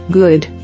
good